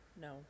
no